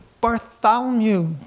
Bartholomew